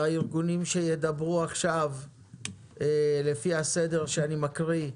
שידברו לפי הסדר שאני מקריא: